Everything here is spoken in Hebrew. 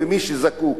ומי שזקוק,